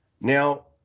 Now